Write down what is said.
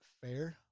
fair